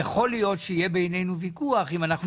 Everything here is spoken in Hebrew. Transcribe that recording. יכול להיות שיהיה ויכוח בינינו לבין האוצר כמה